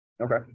Okay